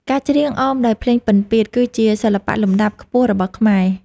ការច្រៀងអមដោយភ្លេងពិណពាទ្យ គឺជាសិល្បៈលំដាប់ខ្ពស់របស់ខ្មែរ។